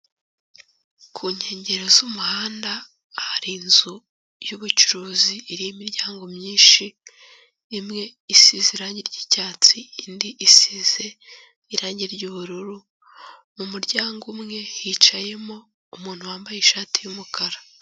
Ku nkengero z'umuhanda, hari inzu y'ubucuruzi irimo imiryango myinshi, imwe isize irangi ry'icyatsi, indi isize irangi ry'ubururu, mu muryango umwe hicayemo umuntu wambaye ishati y'umukara.